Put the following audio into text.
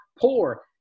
poor